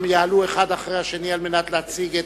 הם יעלו אחד אחרי השני על מנת להציג.